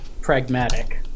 Pragmatic